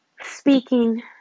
Speaking